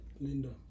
Linda